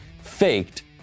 faked